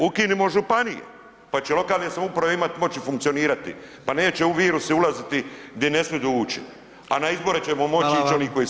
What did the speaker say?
Ukinimo županije, pa će lokalne samouprave imati moći funkcionirati, pa neće virusi ulazidi gdje ne smidu ući, a na izbore ćemo moći ići oni koji su